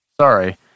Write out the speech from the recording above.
Sorry